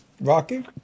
Rocky